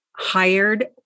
hired